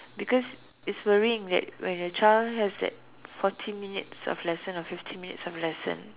because it's worrying that when your child has that forty minutes of lesson or fifty minutes of lesson